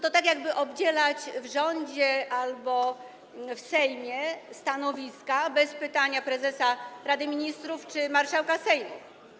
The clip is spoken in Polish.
To tak jakby przydzielać w rządzie albo w Sejmie stanowiska bez pytania prezesa Rady Ministrów czy marszałka Sejmu.